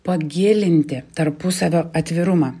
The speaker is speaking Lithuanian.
pagilinti tarpusavio atvirumą